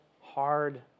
hard